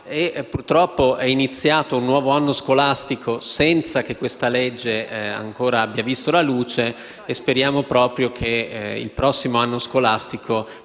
Purtroppo è iniziato un nuovo anno scolastico senza che questa legge abbia ancora visto la luce. Speriamo proprio che il prossimo anno scolastico